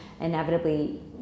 inevitably